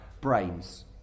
brains